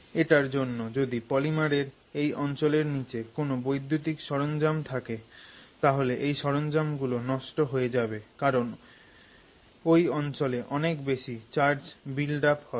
এটার জন্য যদি পলিমারের ওই অঞ্চলের নিচে কোন বৈদ্যুতিক সরঞ্জাম থাকে তাহলে এই সরঞ্জাম গুলো নষ্ট হয়ে যাবে কারণ ওই অঞ্চলে অনেক বেশি চার্জ বিল্ড আপ হবে